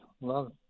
Love